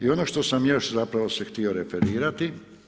I ono što sam još zapravo se htio referirati.